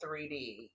3D